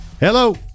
hello